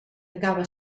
acaba